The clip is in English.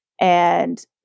And-